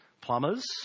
Plumbers